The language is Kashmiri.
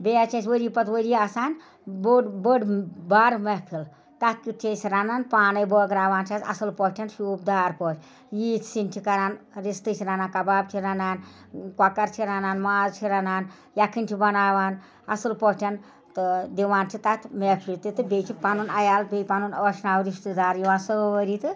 بیٚیہِ آسہِ اَسہِ ؤری پتہٕ ؤری آسان بوٚڈ بٔڑ بار محفِل تَتھ کیُتھ چھِ أسۍ رَنان پانَے بٲگراوان چھَس اَصٕل پٲٹھۍ شوٗب دار پٲٹھۍ ییٖتۍ سِنۍ چھِ کَران رِستہٕ چھِ رَنان کَباب چھِ رَنان کۄکَر چھِ رَنان ماز چھِ رَنان یَکھٕنۍ چھِ بَناوان اَصٕل پٲٹھۍ تہٕ دِوان چھِ تَتھ محفِلہِ تہِ تہٕ بیٚیہِ چھِ پَنُن عیال بیٚیہِ پَنُن عٲشناو رِشتہٕ دار یِوان سٲری تہٕ